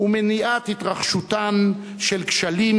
ומניעת התרחשותם של כשלים,